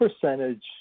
percentage